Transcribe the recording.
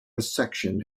resection